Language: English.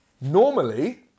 Normally